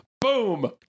Boom